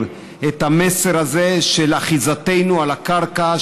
את המסר הזה של אחיזתנו על הקרקע,